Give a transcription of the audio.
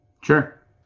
Sure